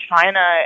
china